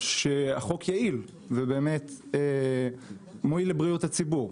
שהוא יעיל ובאמת מועיל לבריאות הציבור.